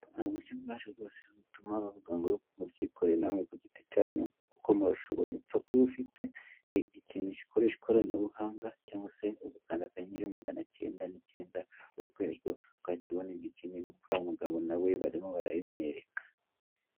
Hari uburyo bwaje rwose rero butuma bavuga ngo mubyikore namwe ku giti cyanyu kuko murashoboye. Upfa kuba ufite ikintu gikoresha ikoranabuhanga cyangwa se ugukanda akanyenyeri magana icyenda n'icyenda, urwego, ugahita ubona ibyo ukeneye, kuko uriya umugabo na we barimo barabimwereka.